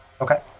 Okay